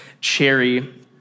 cherry